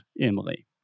Emily